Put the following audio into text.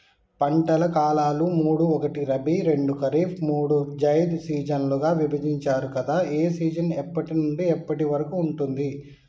పంటల కాలాలు మూడు ఒకటి రబీ రెండు ఖరీఫ్ మూడు జైద్ సీజన్లుగా విభజించారు కదా ఏ సీజన్ ఎప్పటి నుండి ఎప్పటి వరకు ఉంటుంది?